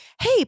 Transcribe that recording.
Hey